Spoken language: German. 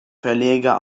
verleger